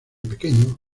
pequeño